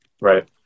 Right